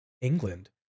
England